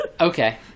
Okay